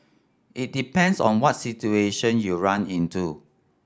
it depends on what situation you run into